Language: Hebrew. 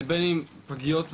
בין עם פגיעות באלימות.